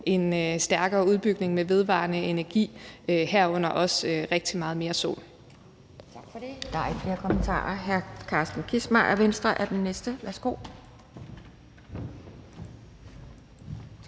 en stærkere udbygning med vedvarende energi, herunder også rigtig meget mere